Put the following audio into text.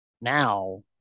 now